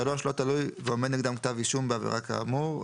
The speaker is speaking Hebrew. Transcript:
(3)לא תלוי ועומד נגדם כתב אישום בעבירה כאמור.